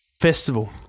festival